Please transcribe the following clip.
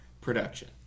production